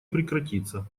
прекратиться